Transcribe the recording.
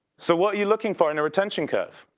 so what you're looking for in a retention curve?